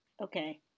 Okay